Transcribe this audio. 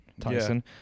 Tyson